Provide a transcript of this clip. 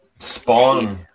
Spawn